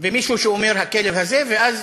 ומישהו שאומר: הכלב הזה, ואז